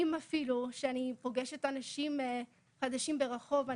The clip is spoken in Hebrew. אפילו או כשאני פוגשת אנשים חדשים ברחוב,